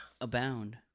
abound